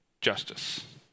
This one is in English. justice